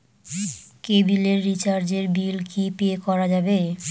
কেবিলের রিচার্জের বিল কি পে করা যাবে?